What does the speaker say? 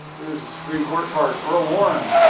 here's the supreme court part, earl warren.